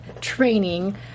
training